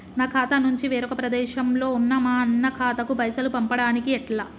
నా ఖాతా నుంచి వేరొక ప్రదేశంలో ఉన్న మా అన్న ఖాతాకు పైసలు పంపడానికి ఎలా?